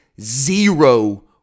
zero